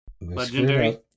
legendary